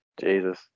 Jesus